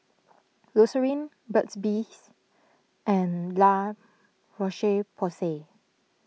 Eucerin Burt's Bees and La Roche Porsay